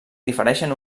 difereixen